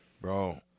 bro